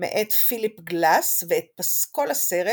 מאת פיליפ גלאס ואת פסקול הסרט